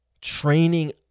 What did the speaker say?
training